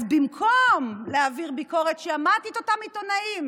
אז במקום להעביר ביקורת, שמעתי את אותם עיתונאים